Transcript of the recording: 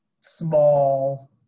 small